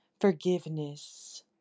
forgiveness